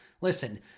Listen